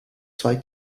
zwei